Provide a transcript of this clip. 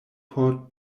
por